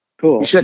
Cool